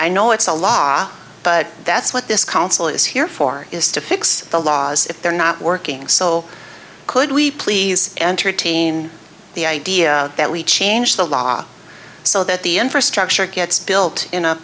i know it's a law but that's what this council is here for is to fix the laws if they're not working so could we please entertain the idea that we change the law so that the infrastructure gets built in a